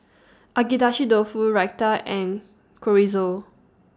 Agedashi Dofu Raita and Chorizo